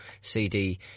CD